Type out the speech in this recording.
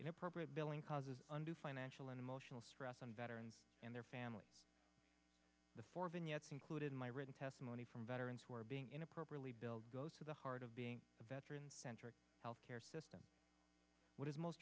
inappropriate billing causes unto financial and emotional stress on veterans and their families the four vignettes included in my written testimony from veterans who are being inappropriately bill goes to the heart of being a veteran centric health care system what is most